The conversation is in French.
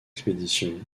expédition